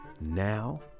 now